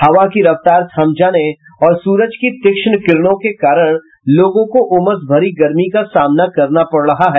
हवा की रफ्तार थम जाने और सूरज की तीक्ष्ण किरणों के कारण लोगों को उमस भरी गर्मी का सामना करना पड़ रहा है